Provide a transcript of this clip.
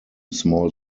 small